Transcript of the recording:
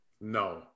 No